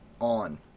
on